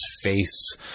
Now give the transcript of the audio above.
face